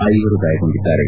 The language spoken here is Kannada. ಐವರು ಗಾಯಗೊಂಡಿದ್ದಾರೆ